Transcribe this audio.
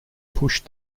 pushed